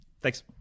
Thanks